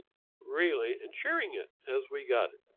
really ensuring it as we got it.